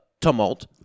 tumult